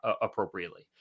appropriately